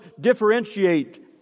differentiate